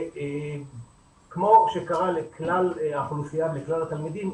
שכמו שקרה לכלל האוכלוסייה וכלל התלמידים,